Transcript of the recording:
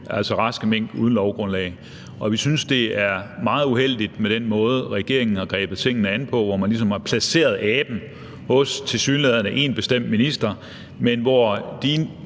altså raske mink – uden lovgrundlag. Og vi synes, det er meget uheldigt med den måde, som regeringen har grebet tingene an på, hvor man ligesom har placeret aben hos tilsyneladende én bestemt minister, men hvor de